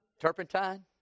Turpentine